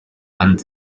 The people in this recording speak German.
hand